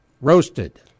roasted